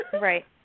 Right